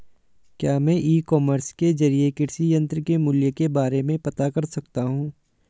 क्या मैं e commerce के ज़रिए कृषि यंत्र के मूल्य के बारे में पता कर सकता हूँ?